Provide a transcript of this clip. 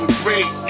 great